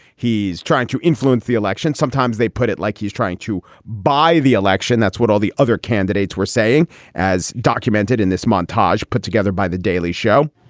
he's trying to influence the election. sometimes they put it like he's trying to buy the election. that's what all the other candidates were saying as documented in this montage put together by the daily show,